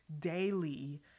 daily